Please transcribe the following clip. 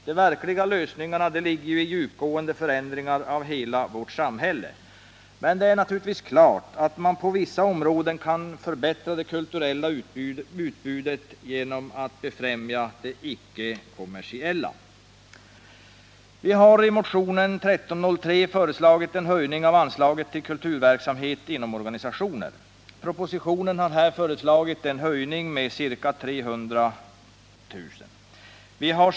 De verkliga lösningarna ligger i djupgående förändringar av hela vårt samhälle. Dock kan man på vissa områden förbättra det kulturella utbudet genom att befrämja det icke kommersiella utbudet. Vi har i motionen 1303 föreslagit en höjning av anslaget till kulturverksamhet inom organisationer. Propositionen har här föreslagit en höjning med ca 300 000 kr.